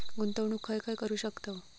गुंतवणूक खय खय करू शकतव?